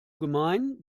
gemein